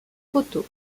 photo